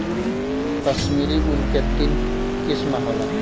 कश्मीरी ऊन के तीन किसम होला